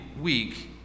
week